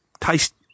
taste